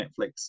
Netflix